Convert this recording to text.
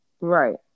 right